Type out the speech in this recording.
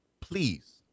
please